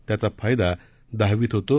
त्याचा फायदा दहावीत होतो